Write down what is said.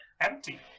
empty